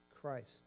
Christ